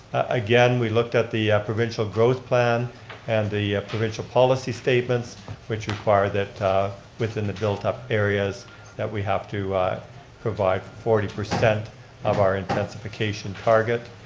again, we looked at the provincial growth plan and the provincial policy statements which require that within the built-up areas that we have to provide forty percent of our intensification target.